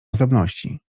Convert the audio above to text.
osobności